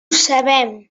sabem